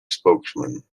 spokesman